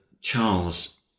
Charles